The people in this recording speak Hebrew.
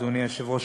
אדוני היושב-ראש,